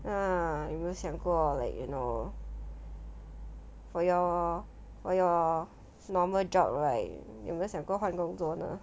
ah 有没有想过 like you know for your for your normal job right 有没有想过换工作呢